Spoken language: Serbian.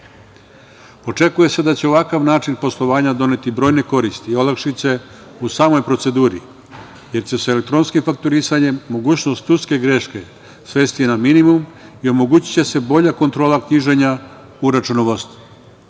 šume. Očekuje se da će ovakav način poslovanja doneti brojne koristi i olakšice u samoj proceduri, jer će se elektronskim fakturisanjem mogućnost ljudske greške svesti na minimum i omogućiće se bolja kontrola knjiženja u računovodstvu. Kao